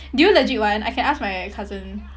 do you legit want I can ask my cousin